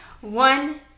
one